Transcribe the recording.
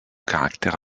caractère